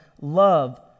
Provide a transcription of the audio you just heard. love